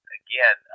again